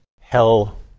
Hell